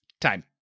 time